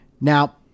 Now